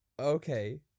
Okay